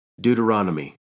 Deuteronomy